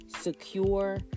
secure